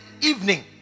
evening